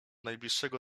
najbliższego